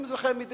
הם אזרחי המדינה,